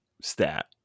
Stat